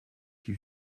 qui